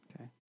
Okay